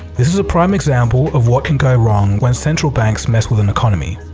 this is a prime example of what can go wrong when central banks mess with an economy.